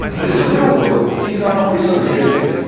but in the real world things aren't always so predictable.